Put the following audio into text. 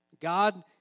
God